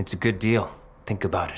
it's a good deal think about it